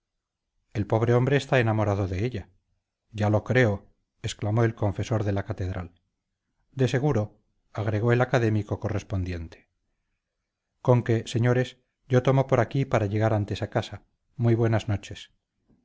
el pobre hombre está enamorado de ella ya lo creo exclamó el confesor de la catedral de seguro agregó el académico correspondiente conque señores yo tomo por aquí para llegar antes a casa muy buenas noches